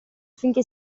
affinché